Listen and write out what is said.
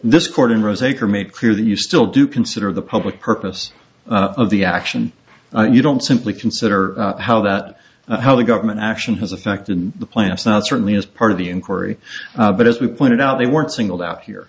still do consider the public purpose of the action and you don't simply consider how that how the government action has affected the plants not certainly as part of the inquiry but as we pointed out they weren't singled out here